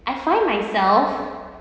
I find myself